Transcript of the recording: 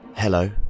Hello